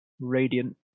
Radiant